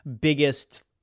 biggest